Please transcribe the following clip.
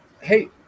Hey